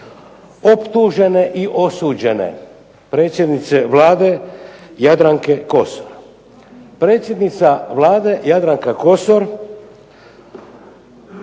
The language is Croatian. optužene i osuđene predsjednice Vlade Jadranke Kosor.